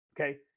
okay